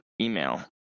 email